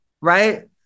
right